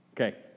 Okay